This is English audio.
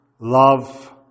love